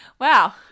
Wow